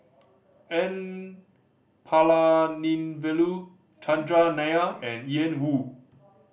N Palanivelu Chandran Nair and Ian Woo